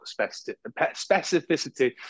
specificity